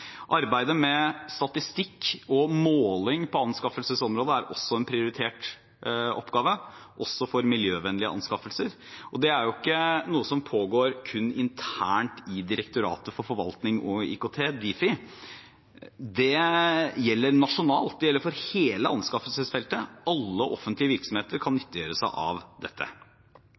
Arbeidet med statistikk og måling på anskaffelsesområdet er også en prioritert oppgave – også for miljøvennlige anskaffelser. Dette er ikke noe som pågår kun internt i Direktoratet for forvaltning og IKT, Difi. Det gjelder nasjonalt, det gjelder for hele anskaffelsesfeltet, og alle offentlige virksomheter kan nyttiggjøre seg av dette.